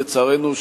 לצערנו,